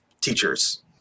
teachers